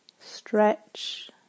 Stretch